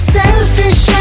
selfish